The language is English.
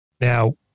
Now